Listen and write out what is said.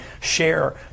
share